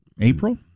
april